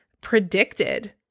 predicted